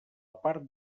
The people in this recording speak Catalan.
part